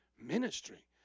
ministry